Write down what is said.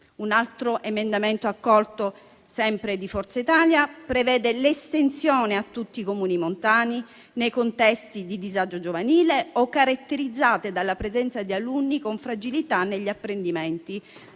Un altro emendamento accolto, sempre di Forza Italia, prevede l'estensione, a tutti i Comuni montani nei contesti di disagio giovanile o caratterizzati dalla presenza di alunni con fragilità negli apprendimenti,